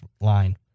line